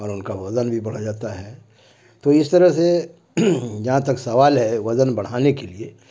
اور ان کا وزن بھی بڑھ جاتا ہے تو اس طرح سے جہاں تک سوال ہے وزن بڑھانے کے لیے